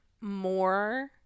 more